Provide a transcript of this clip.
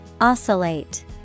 Oscillate